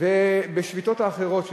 ובשביתות האחרות שהיו: